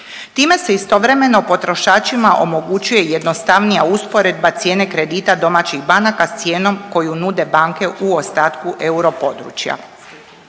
Time se istovremeno potrošačima omogućuje jednostavnija usporedba cijene kredita domaćih banaka s cijenom koju nude banke u ostatku europodručja.